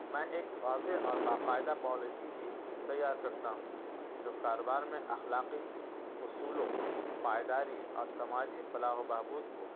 میں ایک واضح اور باقاعدہ پالیسی بھی تیار کرتا ہوں جو کاروبار میں اخلاقی اصولوں پائیداری اور سماجی فلاح و بہبود کو